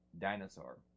dinosaur